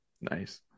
Nice